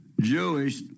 Jewish